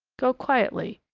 go quietly,